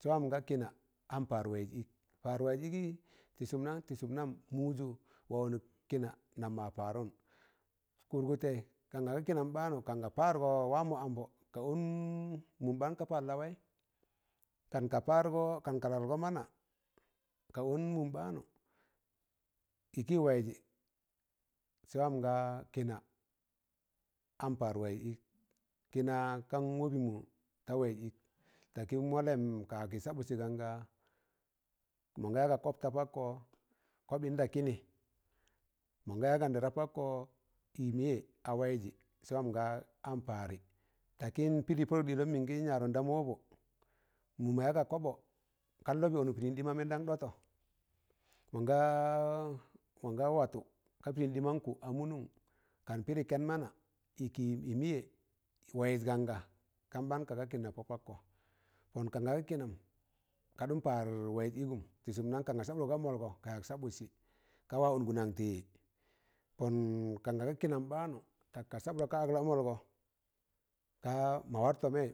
Sẹ wam nga kịna am paar waịz ịk, paar waiz ikigị tị sụm nan? tị sụm nam mụjụ wa ọnụk kịna nam ma paarụn, kụrgụrtẹị kan ga ga kịnam ɓaanụ kanga paar gọ wa mọ ambọ, ka ọn mụm ɓaan ka par lawaị, kan ka pargọ kan ka lalgọ mana, ka ọn mụn ɓaanọ ịkị waịzị sẹ wam nga kịna am paar waịz ik kina kan wọbị mụ ta waịz ịk takị mọllẹm ka agị sabụtsị ganga mọnga ya ga kob ta pakkọ kobi an da kịnị mọn ga ya ganda da pakko iie miyẹ a waịzẹ, sẹ wam nga an paarị takịn pịrị padụk ɗịlọm mịn gin yarụ da mobọ, mụm ma ya ga kobo kan lọbị ọnụk pịdị ɗi ma mẹndam ɗọtọ, mọnga watụ ka pịdị mankụ a mụnun kan pịrị ken mana, ị mụyẹ waịz gan ga, kam ɓaan kaga kịna pọ pọkkọ, pon kanga ga kịnam ka ɗụn paar waịz ịgụm tị sum nang kan ga sabụdgọ ga mọlgọ ka yak sabụtsị, ka wa ọngi nan tị yị pọn kar ga ga kịnam baanụ, tak ka sabụdgọ ka ga ag lamụlgọ ka ma war tọmẹị,